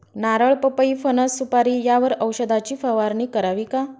नारळ, पपई, फणस, सुपारी यावर औषधाची फवारणी करावी का?